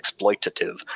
exploitative –